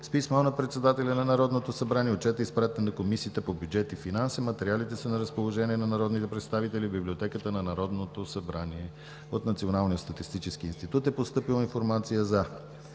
С писмо на председателя на Народното събрание Отчетът е изпратен на Комисията по бюджет и финанси. Материалите са на разположение на народните представители в Библиотеката на Народното събрание. От Националния статистически институт е постъпила Информация за